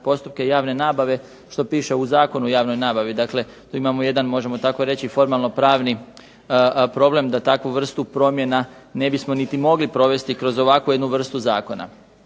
postupke javne nabave što piše u Zakonu o javnoj nabavi. Dakle, tu imamo jedan možemo tako reći formalno-pravni problem da takvu vrstu promjena ne bismo niti mogli provesti kroz ovakvu jednu vrstu zakona.